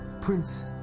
Prince